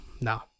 No